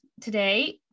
today